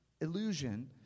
illusion